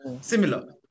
similar